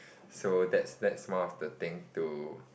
so that's that's one of the thing to